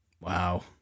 Wow